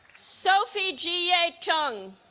sophie jiyae chung